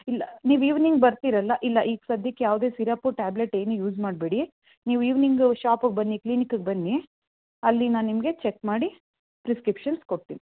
ಇಲ್ಲ ನೀವು ಈವ್ನಿಂಗ್ ಬರ್ತೀರ ಅಲ್ವಾ ಇಲ್ಲ ಈಗ ಸದ್ಯಕ್ಕೆ ಯಾವುದೂ ಸೀರಪ್ಪು ಟ್ಯಾಬ್ಲೆಟ್ ಏನೂ ಯೂಸ್ ಮಾಡಬೇಡಿ ನೀವು ಈವ್ನಿಂಗ್ ಷಾಪ್ಗೆ ಬನ್ನಿ ಕ್ಲಿನಿಕ್ಗೆ ಬನ್ನಿ ಅಲ್ಲಿ ನಾನು ನಿಮಗೆ ಚೆಕ್ ಮಾಡಿ ಪ್ರಿಸ್ಕ್ರಿಪ್ಷನ್ಸ್ ಕೊಡ್ತೀನಿ